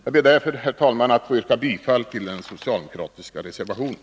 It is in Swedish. Jag ber därför, herr talman, att få yrka bifall till den socialdemokratiska reservationen.